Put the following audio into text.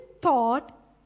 thought